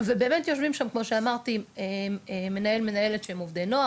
ובאמת יושבים שם כמו שאמרתי מנהל/ת שהם עובדי נוער,